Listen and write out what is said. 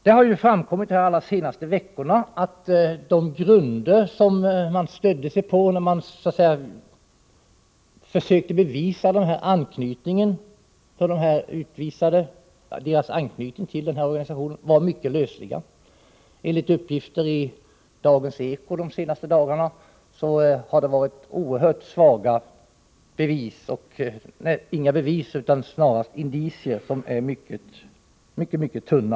Det har framkommit de allra senaste veckorna att de grunder som man åberopade när man försökte bevisa de utvisades anknytning till organisatio nen PKK var mycket lösa. Enligt uppgift i Dagens Eko de senaste dagarna — Nr 148 har det inte funnits några bevis utan snarare mycket, mycket tunna indicier.